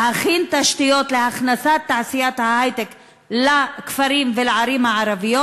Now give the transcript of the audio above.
להכין תשתיות להכנסת תעשיית היי-טק לכפרים ולערים הערביים.